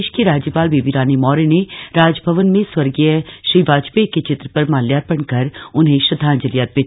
प्रदेश की राज्यपाल बेबी रानी मौर्य ने राजभवन में स्वर्गीय श्री वाजपेयी के चित्र पर माल्यार्पण कर उन्हें अपनी श्रद्धांजलि अर्पित